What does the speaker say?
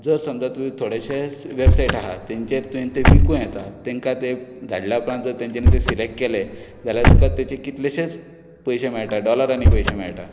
जर समजा तूं थोडेशे स वॅबसायट आहा तेंचेर तुयेंन ते विकूं येता तेंकां ते धाडल्या उपरांत जर तेंच्यानी ते सिलॅक्ट केले जाल्यार तुका तेचे कितलेशेच पयशे मेळटा डॉलरांनी पयशे मेळटा